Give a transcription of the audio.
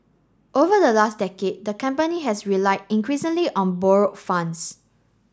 over the last decade the company has relied increasingly on borrowed funds